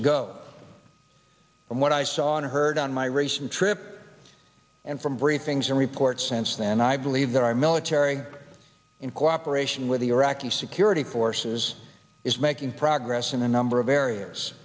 ago from what i saw and heard on my recent trip and from briefings and reports since then i believe that our military in cooperation with the iraqi security forces is making progress in a number of areas